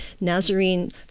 Nazarene